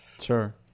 sure